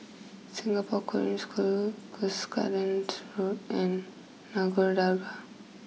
Singapore Korean School Cuscaden Road and Nagore Dargah